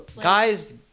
Guys